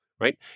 right